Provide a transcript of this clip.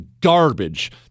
garbage